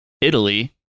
Italy